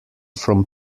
from